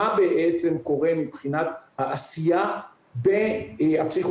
מה בעצם קורה מבחינת העשייה הפסיכו-סוציאלית,